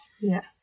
Yes